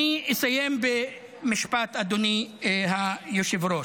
אני אסיים במשפט, אדוני היושב-ראש.